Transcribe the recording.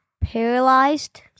paralyzed